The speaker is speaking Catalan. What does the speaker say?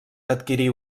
adquirí